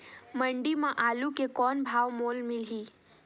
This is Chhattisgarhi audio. मंडी म आलू के कौन भाव मोल मिलही?